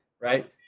right